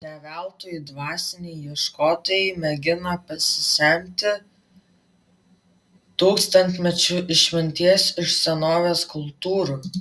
ne veltui dvasiniai ieškotojai mėgina pasisemti tūkstantmečių išminties iš senovės kultūrų